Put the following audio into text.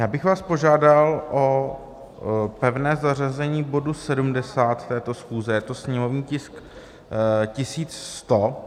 Já bych vás požádal o pevné zařazení bodu 70 této schůze, je to sněmovní tisk 1100.